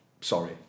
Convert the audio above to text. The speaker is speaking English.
sorry